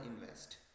invest